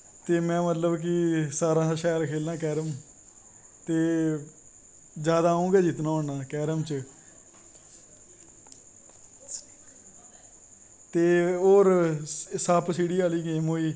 ते में मतलव शैल खेलना सारैं शा कैरम ते जादा अऊं गै जित्तना होना कैरम च ते होर सप्प सीढ़ी अह्ली गेम होई